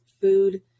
food